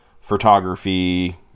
photography